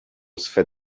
swe